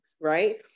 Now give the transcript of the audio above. right